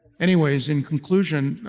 anyways, in conclusion,